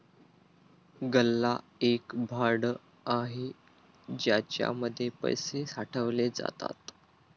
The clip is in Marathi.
गल्ला एक भांड आहे ज्याच्या मध्ये पैसे साठवले जातात